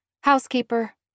Housekeeper